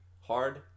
hard